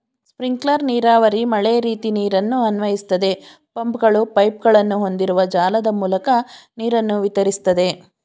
sprinkler ನೀರಾವರಿ ಮಳೆರೀತಿ ನೀರನ್ನು ಅನ್ವಯಿಸ್ತದೆ ಪಂಪ್ಗಳು ಪೈಪ್ಗಳನ್ನು ಹೊಂದಿರುವ ಜಾಲದ ಮೂಲಕ ನೀರನ್ನು ವಿತರಿಸ್ತದೆ